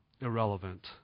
irrelevant